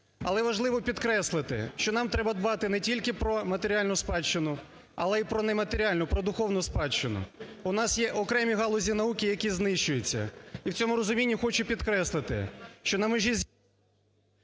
Але важливо підкреслити, що нам треба дбати не тільки про матеріальну спадщину, але і про нематеріальну, про духовну спадщину. У нас є окремі галузі науки, які знищуються. І в цьому розумінні хочу підкреслити, що на межі…